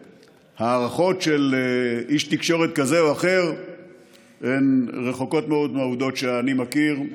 ההערכות של איש תקשורת כזה או אחר הן רחוקות מאוד מהעובדות שאני מכיר.